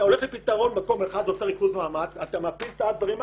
אתה מייצר פתרון במקום אחד על ידי ריכוז מאמץ ומפיל את הדברים האחרים.